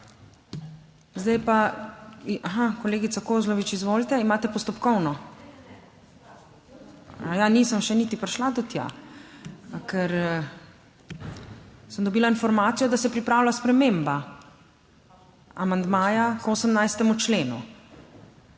Zdaj pa, aha, kolegica Kozlovič, izvolite, imate postopkovno? / oglašanje iz dvorane/ Ja, nisem še niti prišla do tja, ker sem dobila informacijo, da se pripravlja sprememba amandmaja k 18. členu,